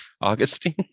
Augustine